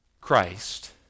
christ